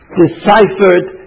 deciphered